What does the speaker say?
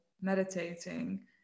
meditating